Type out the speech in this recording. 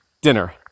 dinner